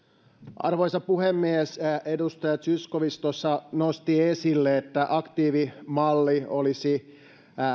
arvoisa puhemies edustaja zyskowicz tuossa nosti esille että aktiivimalli olisi